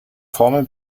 formel